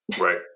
Right